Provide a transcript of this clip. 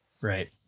Right